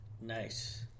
Nice